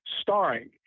starring